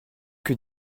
que